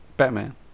batman